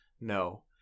no